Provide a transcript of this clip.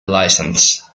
licence